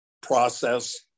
process